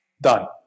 done